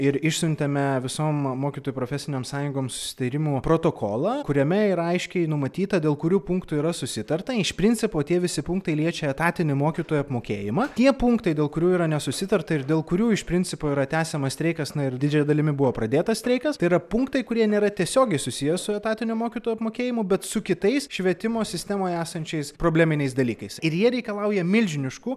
ir išsiuntėme visom mokytojų profesinėm sąjungom susitarimų protokolą kuriame yra aiškiai numatyta dėl kurių punktų yra susitarta iš principo tie visi punktai liečia etatinį mokytojų apmokėjimą tie punktai dėl kurių yra nesusitarta ir dėl kurių iš principo yra tęsiamas streikas na ir didžiąja dalimi buvo pradėtas streikas yra punktai kurie nėra tiesiogiai susiję su etatiniu mokytojų apmokėjimu bet su kitais švietimo sistemoje esančiais probleminiais dalykais ir jie reikalauja milžiniškų